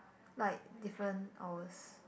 like different hours